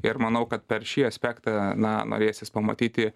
ir manau kad per šį aspektą na norėsis pamatyti